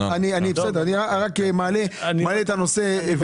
אני רק מעלה את הנושא.